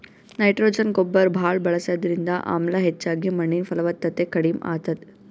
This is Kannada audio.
ನೈಟ್ರೊಜನ್ ಗೊಬ್ಬರ್ ಭಾಳ್ ಬಳಸದ್ರಿಂದ ಆಮ್ಲ ಹೆಚ್ಚಾಗಿ ಮಣ್ಣಿನ್ ಫಲವತ್ತತೆ ಕಡಿಮ್ ಆತದ್